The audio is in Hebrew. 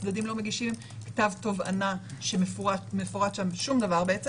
הצדדים לא מגישים כתב תובענה שמפורט שם שום דבר בעצם.